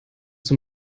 zum